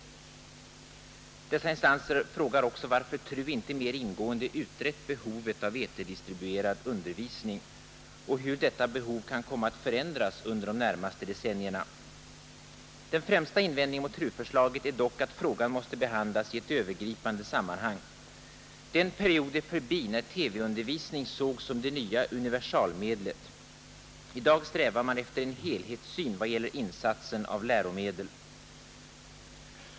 Dessa instanser frågar också varför TRU inte mer ingående utrett behovet av eterdistribuerad undervisning och hur detta behov kan komma att förändras under de närmaste decennierna. Den främsta invändningen mot TRU-förslaget är dock att frågan måste behandlas i ett övergripande sammanhang. Den period är förbi när TV-undervisning sågs som det nya universalmedlet. I dag strävar man efter en helhetssyn vad gäller insatsen av läromedel.